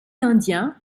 indien